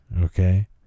Okay